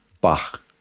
Bach